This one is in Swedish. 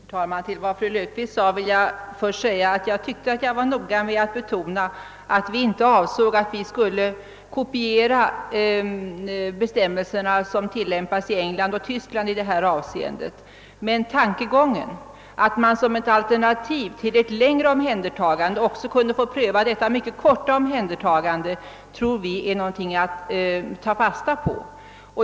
Herr talman! Med anledning av vad fru Löfqvist sade vill jag först framhålla att jag tyckte att jag noggrant betonade, att vi inte avsåg att kopiera de bestämmelser som tillämpas i England och Tyskland i detta avseende. Men tanke gången att man som ett alternativ till ett längre omhändertagande också kunde få pröva detta mycket korta omhändertagande tror vi är någonting att ta fasta på.